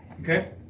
Okay